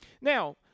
Now